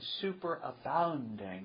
superabounding